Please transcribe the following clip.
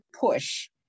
push